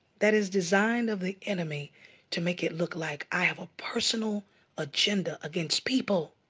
that is design of the enemy to make it look like i have a personal agenda against people.